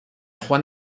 juan